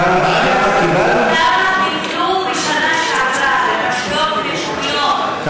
כמה ביטלו בשנה שעברה ברשויות מקומיות,